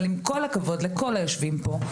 אבל עם כל הכבוד לכל היושבים פה,